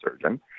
surgeon